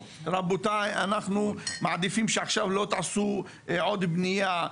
ויגידו להם שהם מעדיפים שעכשיו לא יעשו עוד בנייה,